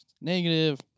negative